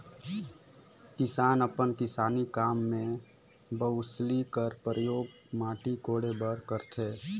किसान अपन किसानी काम मे बउसली कर परियोग माटी कोड़े बर करथे